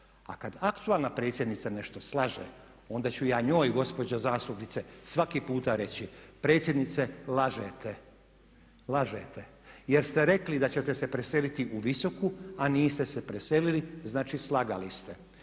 A kad aktualna predsjednica nešto slaže, onda ću ja njoj gospođo zastupnice svaki puta reći, predsjednice lažete, lažete. Jer ste rekli da ćete se preseliti u Viosku, a niste se preselili, znači slagali ste.